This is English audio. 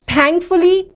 Thankfully